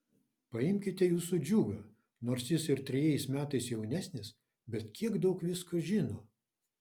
paimkite jūsų džiugą nors jis ir trejais metais jaunesnis bet kiek daug visko žino